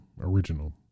original